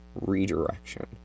redirection